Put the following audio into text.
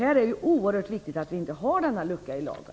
Det är ju oerhört viktigt att se till att vi inte har denna lucka i lagen.